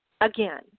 again